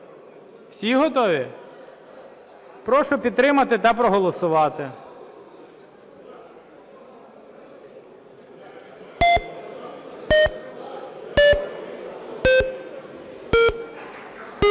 Всі готові? Прошу підтримати та проголосувати.